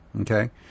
okay